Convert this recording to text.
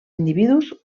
individus